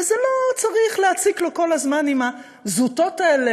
ולא צריך להציק לו כל הזמן עם הזוטות האלה